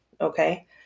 Okay